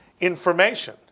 information